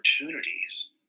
opportunities